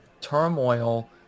turmoil